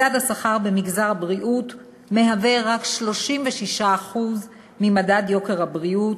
מדד השכר במגזר הבריאות מהווה רק 36% ממדד יוקר הבריאות,